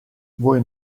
voi